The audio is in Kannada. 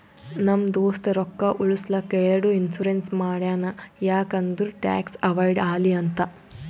ನಮ್ ದೋಸ್ತ ರೊಕ್ಕಾ ಉಳುಸ್ಲಕ್ ಎರಡು ಇನ್ಸೂರೆನ್ಸ್ ಮಾಡ್ಸ್ಯಾನ್ ಯಾಕ್ ಅಂದುರ್ ಟ್ಯಾಕ್ಸ್ ಅವೈಡ್ ಆಲಿ ಅಂತ್